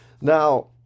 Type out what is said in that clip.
Now